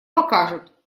покажут